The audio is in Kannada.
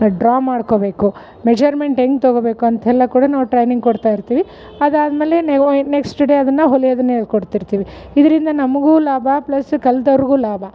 ಡ್ರಾ ಮಾಡ್ಕೋಬೇಕು ಮೆಜರ್ಮೆಂಟ್ ಹೆಂಗೆ ತಗೋಬೇಕು ಅಂತೆಲ್ಲ ಕೂಡ ನಾವು ಟ್ರೈನಿಂಗ್ ಕೊಡ್ತಾ ಇರ್ತೀವಿ ಅದಾದಮೇಲೆ ನೀವು ನೆಕ್ಸ್ಟ್ ಡೇ ಅದನ್ನು ಹೊಲಿಯೋದನ್ನು ಹೇಳ್ಕೋಡ್ತಿರ್ತೀವಿ ಇದರಿಂದ ನಮಗೂ ಲಾಭ ಪ್ಲಸ್ ಕಲ್ತೋರಿಗು ಲಾಭ